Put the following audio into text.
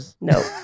No